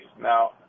Now